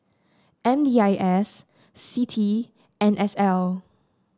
M D I S CITI N S L